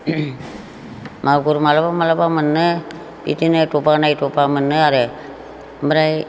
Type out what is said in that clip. मागुर माब्लाबा माब्लाबा मोनो बिदिनो दबा नायै दबा मोनो आरो ओमफ्राय